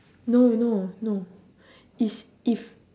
no no no it's if